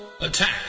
Attack